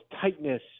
tightness